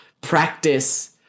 practice